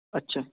ਅੱਛਾ